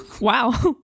Wow